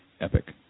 epic